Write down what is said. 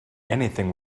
anything